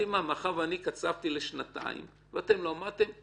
מאחר ואני קצבתי לשנתיים ואתם לא עמדתם,